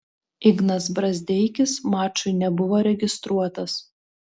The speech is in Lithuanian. ignas brazdeikis mačui nebuvo registruotas